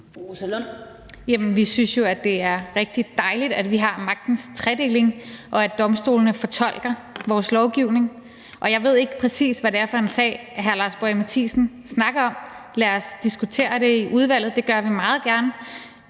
Vi synes jo, at det er rigtig dejligt, at vi har magtens tredeling, og at domstolene fortolker vores lovgivning. Jeg ved ikke præcis, hvad det er for en sag, hr. Lars Boje Mathiesen snakker om. Lad os diskutere det i udvalget, det gør vi meget gerne.